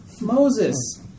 Moses